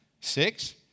Six